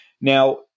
Now